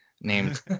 named